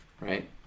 right